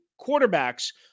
quarterbacks